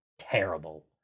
terrible